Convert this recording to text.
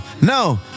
No